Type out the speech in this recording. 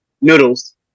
noodles